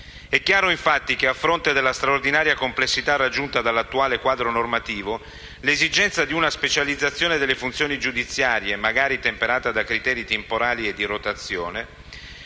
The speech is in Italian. È chiaro infatti che, a fronte della straordinaria complessità raggiunta dall'attuale quadro normativo, l'esigenza di una specializzazione delle funzioni giudiziarie (magari temperata da criteri temporali di rotazione)